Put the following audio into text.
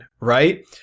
right